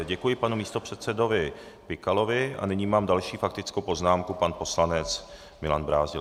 Děkuji panu místopředsedovi Pikalovi a nyní mám další faktickou poznámku, pan poslanec Milan Brázdil.